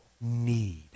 need